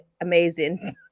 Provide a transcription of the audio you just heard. amazing